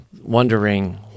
wondering